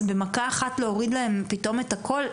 אז במכה אחת פתאום להוריד להם את הכול,